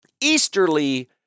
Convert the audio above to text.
Easterly